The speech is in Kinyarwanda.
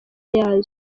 yazo